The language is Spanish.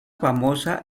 famosa